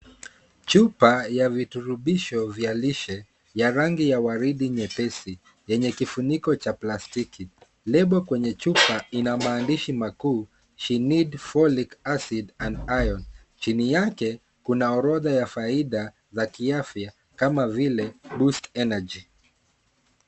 Chupa vya viturubisho vya lishe ya rangi ya waridi mepesi, yenye kifuniko cha plastiki. lebo kwenye chupa ina maandishi makuuSHENEED FOLIC ACID and Iron. Chini yake kuna orodha ya faida za kiafya kama vile boost energy.